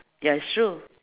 ya it's true